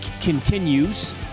continues